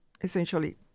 essentially